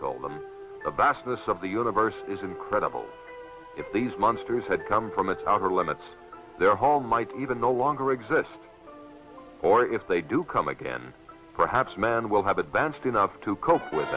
told them about ask this of the universe is incredible if these monsters had come from its outer limits their home might even no longer exist or if they do come again perhaps men will have advanced enough to cope with